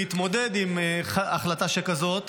להתמודד עם החלטה שכזאת,